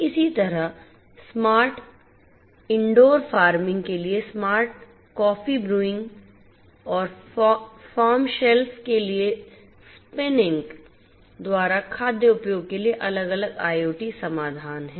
इसी तरह smart indoor farming के लिए स्मार्ट कॉफी ब्रूइंग द्वारा खाद्य उद्योग के लिए अलग अलग आईओटी समाधान हैं